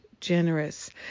generous